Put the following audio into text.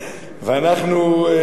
בערבית לא אומרים.